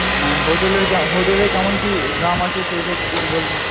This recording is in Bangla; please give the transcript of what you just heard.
হোটেলে হোটেলে কেমন কী দাম আছে সেসব যদি বলতেন